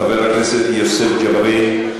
חבר הכנסת יוסף ג'בארין.